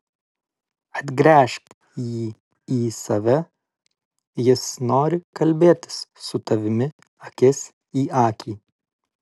atgręžk jį į save jis nori kalbėtis su tavimi akis į akį